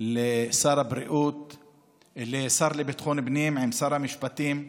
לשר לביטחון פנים עם שר המשפטים,